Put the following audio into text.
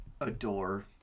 adore